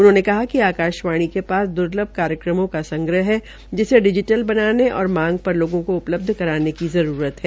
उन्होंने कहा कि आकाशवाणी के पास द्र्लभ कार्यक्रम का संग्रह है जिसे डिजीटल बनाने और मांग पर लोगों को उपल्ब्ध कराने की आवश्यक्ता है